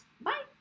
bye